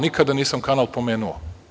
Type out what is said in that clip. Nikada nisam kanal pomenuo.